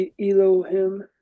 Elohim